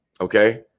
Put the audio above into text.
Okay